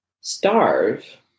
starve